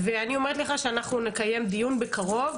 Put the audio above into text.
ואני אומרת לך שאנחנו נקיים דיון בקרוב,